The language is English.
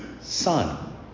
son